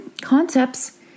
concepts